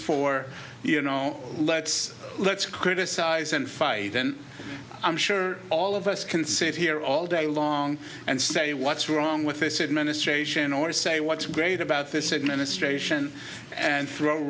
for you know let's let's criticize and fight then i'm sure all of us can sit here all day long and say what's wrong with this administration or say what's great about this administration and throw